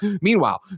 Meanwhile